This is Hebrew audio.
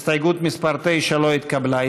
הסתייגות מס' 9 לא התקבלה.